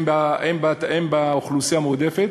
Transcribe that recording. הם באוכלוסייה המועדפת.